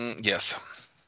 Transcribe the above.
Yes